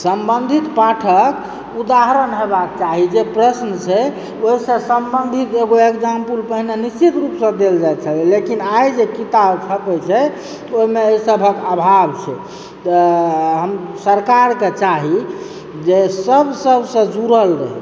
सम्बंधित पाठक उदाहरण हेबाक चाही जे प्रश्न छै ओहिसॅं सम्बन्धित एगो इग्जामपुल पहिने निश्चित रूप सॅं देल जाइत छलै लेकिन आइ जे किताब खरदै छै ओहिमे एहि सभक अभाव छै तऽ हम सरकार के चाही जे सब सॅं जुड़ल रहय